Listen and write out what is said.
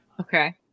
okay